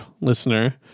listener